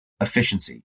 efficiency